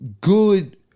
good